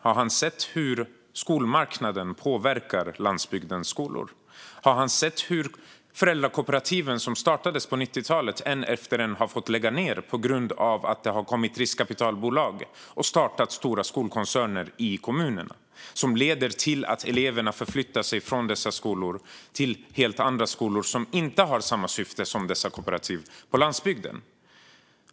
Har han sett hur skolmarknaden påverkar landsbygdens skolor? Har han sett att ett efter ett av föräldrakooperativen som startades på 90-talet har fått lägga ned på grund av att riskkapitalbolag har startat stora skolkoncerner i kommunerna? Det leder till att eleverna förflyttar sig från dessa kooperativ till helt andra skolor som inte har samma syfte som dessa på landsbygden.